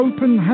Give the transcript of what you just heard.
Open